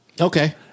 Okay